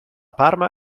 parma